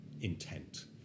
intent